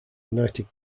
united